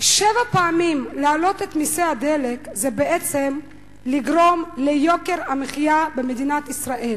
שבע פעמים להעלות את מסי הדלק זה בעצם לגרום ליוקר המחיה במדינת ישראל.